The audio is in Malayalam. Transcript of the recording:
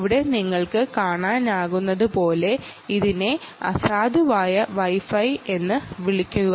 ഇവിടെ നിങ്ങൾക്ക് കാണാനാകുന്നതുപോലെ ഇതിനെ വോയിഡ് വൈ ഫൈ എന്ന് വിളിക്കുന്നു